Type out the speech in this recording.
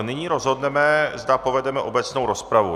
Nyní rozhodneme, zda povedeme obecnou rozpravu.